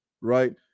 Right